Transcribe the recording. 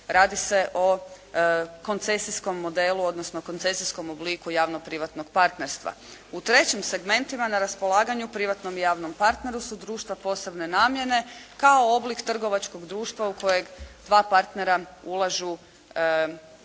radi se o koncesijskom modelu, odnosno koncesijskom obliku javno-privatnog partnerstva. U trećim segmentima na raspolaganju privatnom i javnom partnerstvu su društva posebne namjene kao oblik trgovačkog društva u kojeg dva partnera ulažu svoje